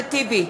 אחמד טיבי,